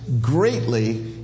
greatly